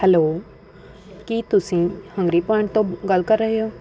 hello ਕੀ ਤੁਸੀਂ Hungry Point ਤੋਂ ਗੱਲ ਕਰ ਰਹੇ ਹੋ